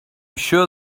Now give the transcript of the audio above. sure